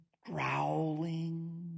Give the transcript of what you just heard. growling